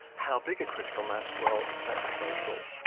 how big a critical mass? well that's debatable.